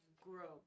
grow